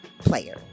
player